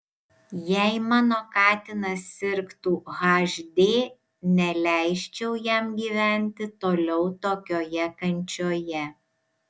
jei mano katinas sirgtų hd neleisčiau jam gyventi toliau tokioje kančioje